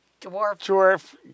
dwarf